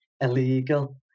illegal